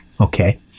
okay